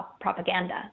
propaganda